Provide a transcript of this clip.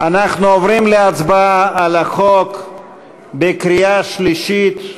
אנחנו עוברים להצבעה על החוק בקריאה שלישית.